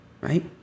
Right